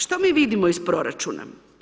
Što mi vidimo iz proračuna?